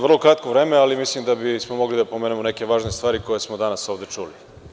Vrlo kratko vreme, ali mislim da bismo mogli da pomenemo neke važne stvari koje smo danas ovde čuli.